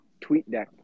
TweetDeck